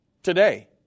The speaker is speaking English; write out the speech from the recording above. today